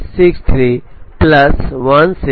18284863 plus 1679